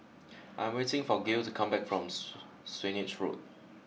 I am waiting for Gale to come back from Swanage Road